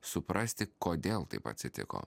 suprasti kodėl taip atsitiko